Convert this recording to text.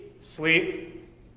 sleep